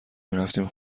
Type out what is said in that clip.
میرفتیم